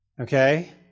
Okay